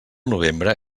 novembre